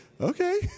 Okay